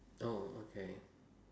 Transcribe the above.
oh okay